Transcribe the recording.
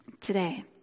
today